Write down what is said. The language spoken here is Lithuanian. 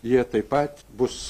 jie taip pat bus